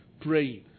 praying